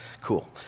Cool